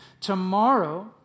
tomorrow